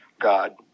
God